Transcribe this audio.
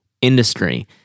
industry